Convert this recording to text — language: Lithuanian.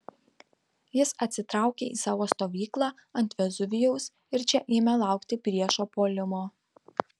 jis atsitraukė į savo stovyklą ant vezuvijaus ir čia ėmė laukti priešo puolimo